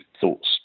thoughts